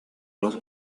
los